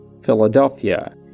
Philadelphia